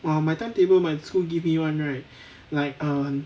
well my timetable my school give me [one] right like err